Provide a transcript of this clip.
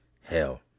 hell